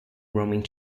roaming